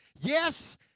Yes